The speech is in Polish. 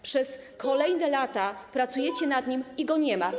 Przez kolejne lata pracujecie nad nim i go nie ma.